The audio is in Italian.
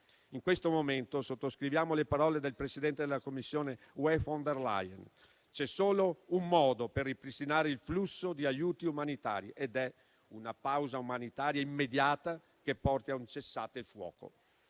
In questo momento, sottoscriviamo le parole del presidente della Commissione UE von der Leyen: c'è solo un modo per ripristinare il flusso di aiuti umanitari ed è una pausa umanitaria immediata che porti a un cessate il fuoco.